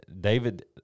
David